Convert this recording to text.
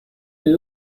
the